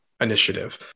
initiative